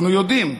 אנחנו יודעים,